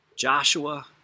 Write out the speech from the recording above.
Joshua